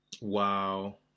Wow